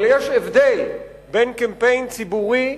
אבל יש הבדל בין קמפיין ציבורי,